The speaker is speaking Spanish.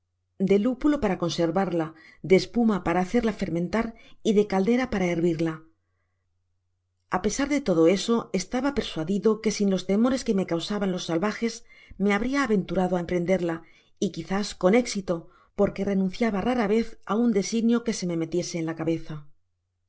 de lúpulo para conservarla de espuma para hacerla fermentar y de caldera para hervirla a pesar de todo eso estaba persuadido que sin los temores que me causaban los salvajes me abria aventurado á emprenderla y quizás con éxito porque renunciaba rara vez á un designio que se me metiese en la cabeza mas